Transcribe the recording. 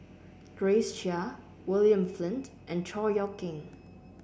Grace Chia William Flint and Chor Yeok Eng